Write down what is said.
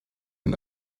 and